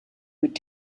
mit